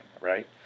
right